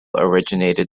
originated